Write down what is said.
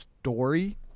story